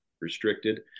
restricted